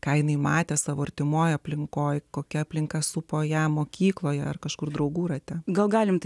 ką jinai matė savo artimoje aplinkoje kokia aplinka supo ją mokykloje ar kažkur draugų rate gal galime